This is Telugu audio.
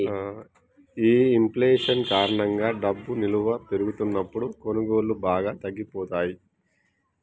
ఈ ఇంఫ్లేషన్ కారణంగా డబ్బు ఇలువ పెరుగుతున్నప్పుడు కొనుగోళ్ళు బాగా తగ్గిపోతయ్యి